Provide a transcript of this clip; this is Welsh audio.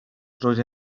roedd